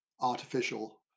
artificial